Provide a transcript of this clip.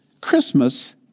Christmas